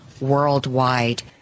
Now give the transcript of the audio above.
worldwide